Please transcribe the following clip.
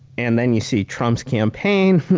and then you see trump's campaign,